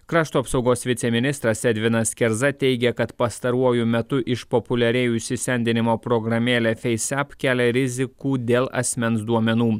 krašto apsaugos viceministras edvinas kerza teigia kad pastaruoju metu išpopuliarėjusi sendinimo programėlė feis ep kelia rizikų dėl asmens duomenų